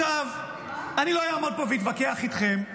אני לא אעמוד פה ואתווכח איתכם,